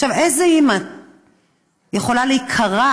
עכשיו, איזו אימא יכולה להיקרע